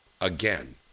again